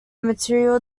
material